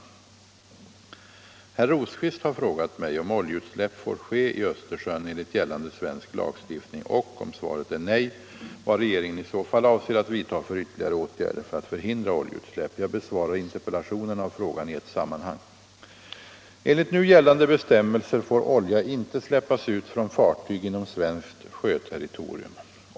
Herr Rosqvist har frågat mig om oljeutsläpp får ske i Östersjön enligt gällande svensk lagstiftning och, om svaret är nej, vad regeringen i så fall avser att vidta för ytterligare åtgärder för att förhindra oljeutsläpp. Jag besvarar interpellationerna och frågan i ett sammanhang. Enligt nu gällande bestämmelser får olja inte släppas ut från fartyg inom svenskt sjöterritorium.